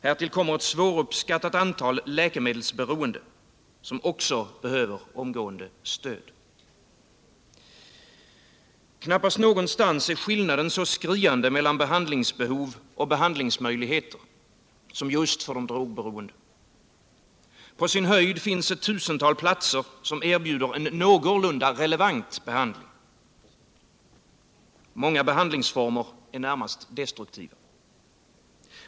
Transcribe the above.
Härtill kommer ett svåruppskattat antal läkemedelsberoende, som också behöver omgående stöd. Knappast någonstans är skillnaden så skriande mellan behandlingsbehov och behandlingsmöjligheter som just för de drogberoende. På sin höjd finns ett tusental platser som erbjuder en någorlunda relevant behandling. Många behandlingsformer är närmast destruktiva.